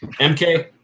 mk